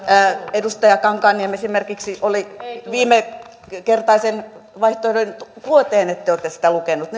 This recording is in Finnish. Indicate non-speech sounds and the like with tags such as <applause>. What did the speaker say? edustaja kankaanniemi esimerkiksi oli viimekertaisen vaihtoehdon vuoteen ette ole sitä lukenut <unintelligible>